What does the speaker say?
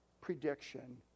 prediction